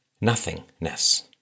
nothingness